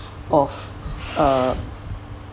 of uh